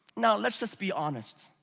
now let's just be honest.